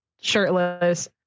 shirtless